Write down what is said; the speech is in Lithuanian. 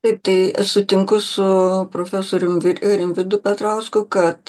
taip tai aš sutinku su profesorium rimvydu petrausku kad